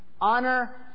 Honor